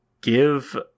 give